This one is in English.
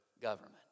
government